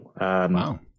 Wow